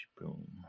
Boom